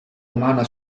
umana